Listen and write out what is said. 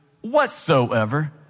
whatsoever